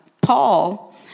Paul